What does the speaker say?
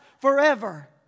forever